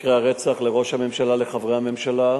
מקרי הרצח, לראש הממשלה, לחברי הממשלה.